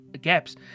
gaps